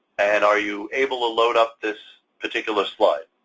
and are you able to load up this particular slide?